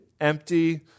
empty